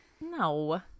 no